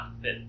fit